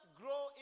grow